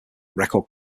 record